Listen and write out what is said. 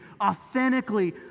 authentically